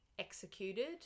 executed